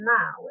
now